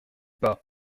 pas